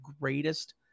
greatest